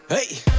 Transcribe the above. Hey